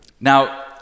Now